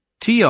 TR